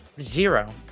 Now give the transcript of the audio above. zero